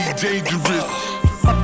dangerous